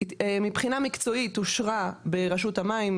מבחינה מקצועית אושרה ברשות המים,